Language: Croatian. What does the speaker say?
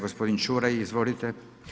Gospodin Čuraj, izvolite.